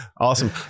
Awesome